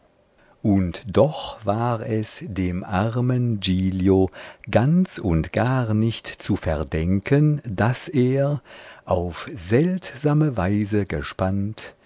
und doch war es dem armen giglio ganz und gar nicht zu verdenken daß er auf seltsame weise gespannt